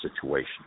situation